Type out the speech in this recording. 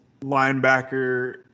linebacker